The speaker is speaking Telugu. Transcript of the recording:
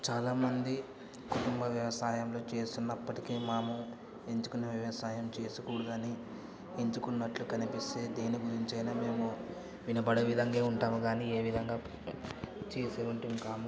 చాలా మంది కుటుంబ వ్యవసాయంలో చేస్తున్నప్పటికీ మాము ఎంచుకునే వ్యవసాయం చేసుకూడదని ఎంచుకున్నట్లు కనిపిస్తే దేని గురించైనా మేము వినపడే విధంగే ఉంటాము కానీ ఏ విధంగా చేసేవంటివి కాము